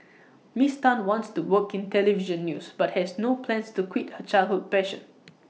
miss Tan wants to work in Television news but has no plans to quit her childhood passion